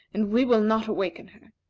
and we will not awaken her.